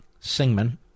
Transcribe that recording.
Singman